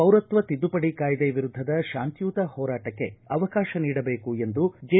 ಪೌರತ್ವ ತಿದ್ದುಪಡಿ ಕಾಯ್ದೆ ವಿರುದ್ದದ ಶಾಂತಿಯುತ ಹೋರಾಟಕ್ಕೆ ಅವಕಾಶ ನೀಡಬೇಕು ಎಂದು ಜೆ